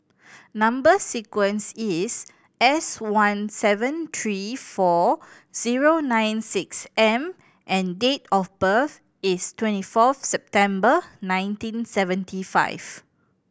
number sequence is S one seven three four zero nine six M and date of birth is twenty fourth September nineteen seventy five